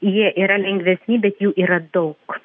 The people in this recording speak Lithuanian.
jie yra lengvesni bet jų yra daug